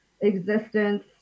existence